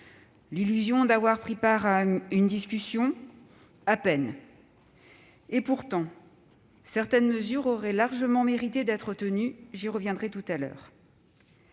l'illusion d'avoir pris part à une discussion ! Pourtant, certaines mesures auraient largement mérité d'être retenues. J'y reviendrai tout à l'heure.